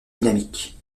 dynamique